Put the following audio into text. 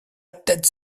tête